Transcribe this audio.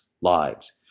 lives